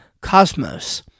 cosmos